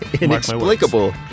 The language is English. Inexplicable